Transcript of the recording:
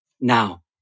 now